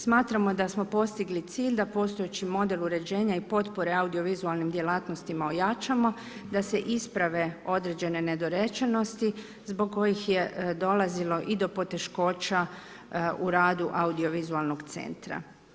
Smatramo da smo postigli cilj da postojeći model uređenja i potpore audiovizualnim djelatnostima ojačamo, da se isprave određene nedorečenosti zbog kojih je dolazilo i do poteškoća u radu audiovizualnog centra.